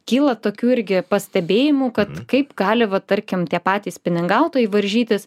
kyla tokių irgi pastebėjimų kad kaip gali va tarkim tie patys spiningautojai varžytis